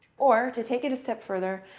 or to take it a step further,